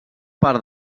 part